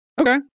Okay